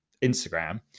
instagram